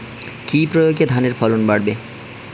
কি প্রয়গে ধানের ফলন বাড়বে?